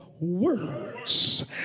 words